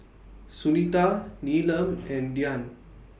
Sunita Neelam and Dhyan